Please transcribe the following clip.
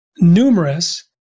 numerous